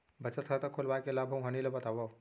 बचत खाता खोलवाय के लाभ अऊ हानि ला बतावव?